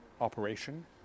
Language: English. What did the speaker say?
operation